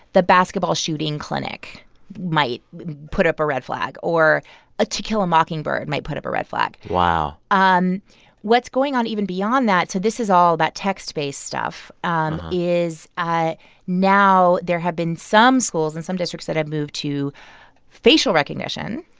the basketball shooting clinic might put up a red flag, or to kill a mockingbird might put up a red flag wow what's going on even beyond that so this is all that text-based stuff um is ah now there have been some schools and some districts that have moved to facial recognition.